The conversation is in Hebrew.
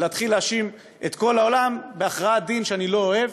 ולהתחיל להאשים את כל העולם בהכרעת-דין שאני לא אוהב.